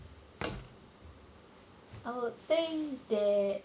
I would think there